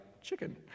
chicken